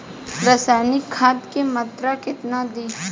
रसायनिक खाद के मात्रा केतना दी?